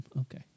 okay